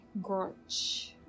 Grunch